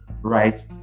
right